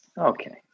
Okay